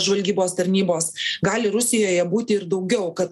žvalgybos tarnybos gali rusijoje būti ir daugiau kad